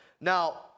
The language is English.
Now